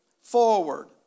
forward